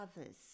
others